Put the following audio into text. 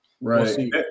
Right